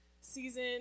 season